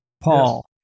Paul